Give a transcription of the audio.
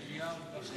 מיליארד וחצי.